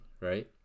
right